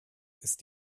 ist